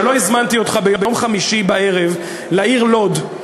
שלא הזמנתי ביום חמישי בערב לעיר לוד.